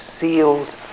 sealed